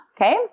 Okay